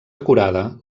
acurada